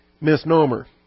misnomer